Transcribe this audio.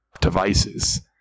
devices